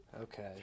Okay